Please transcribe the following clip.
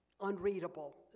unreadable